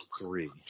three